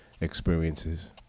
experiences